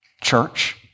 Church